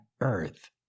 earth